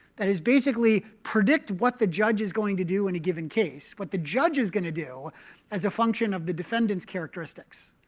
that is, basically predict what the judge is going to do in and a given case what the judge is going to do as a function of the defendant's characteristics,